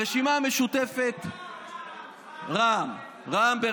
הרשימה המשותפת, רע"מ, רע"מ.